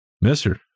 Mister